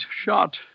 Shot